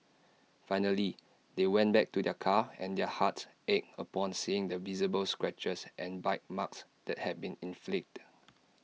finally they went back to their car and their hearts ached upon seeing the visible scratches and bite marks that had been inflicted